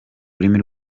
rurimi